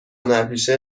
هنرپیشه